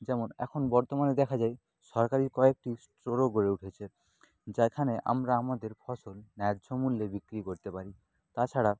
যেমন এখন বর্তমানে দেখা যায় সরকারি কয়েকটি স্টোরও গড়ে উঠেছে যেখানে আমরা আমাদের ফসল ন্যায্য মূল্যে বিক্রি করতে পারি তাছাড়া